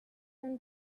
than